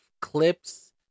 clips